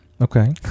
Okay